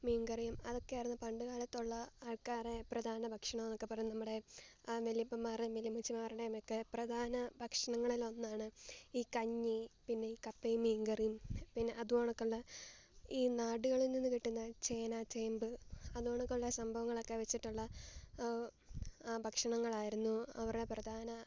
മീൻ കറിയും അതക്കെയായിരുന്നു പണ്ട് കാലത്തുള്ള ആൾക്കാരെ പ്രധാന ഭക്ഷണമെന്നൊക്കെ പറയുന്നത് നമ്മുടെ വല്യപ്പൻമ്മാരുടേം വല്യമ്മച്ചിമാരുടേം ഒക്കെ പ്രധാന ഭക്ഷണങ്ങളിലൊന്നാണ് ഈ കഞ്ഞി പിന്നെ ഈ കപ്പേം മീൻ കറിയും പിന്നെ അതു കണക്കുള്ള ഈ നാടുകളിൽ നിന്ന് കിട്ടുന്ന ചേന ചേമ്പ് അത് കണക്കുള്ള സംഭവങ്ങളൊക്കെ വച്ചിട്ടുള്ള ഭക്ഷണങ്ങളായിരുന്നു അവരുടെ പ്രധാന